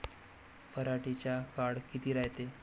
पराटीचा काळ किती रायते?